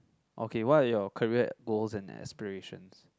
okay what are your career goals and aspirations